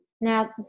now